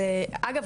אגב,